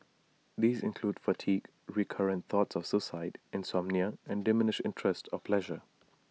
these include fatigue recurrent thoughts of suicide insomnia and diminished interest or pleasure